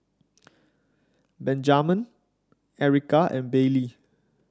Benjaman Ericka and Bailey